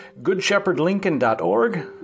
goodshepherdlincoln.org